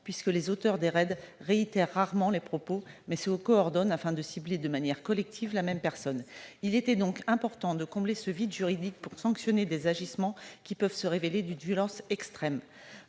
puisque les auteurs des « raids » réitèrent rarement les mêmes propos, mais se coordonnent afin de cibler, de manière collective, la même personne. Il était donc important de combler ce vide juridique, pour sanctionner des agissements qui peuvent se révéler d'une violence extrême.